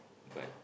but